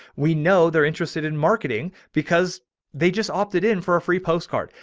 we know they're interested in marketing because they just opted in for a free postcard.